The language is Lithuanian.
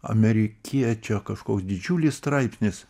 amerikiečio kažkoks didžiulis straipsnis